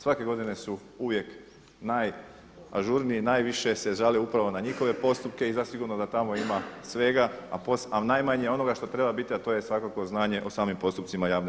Svake godine su uvijek najažurniji najviše se žale upravo na njihove postupke i zasigurno da tamo ima svega, a najmanje onoga što treba biti, a to je svakako znanje o samim postupcima javne nabave.